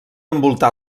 envoltar